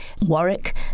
Warwick